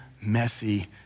messy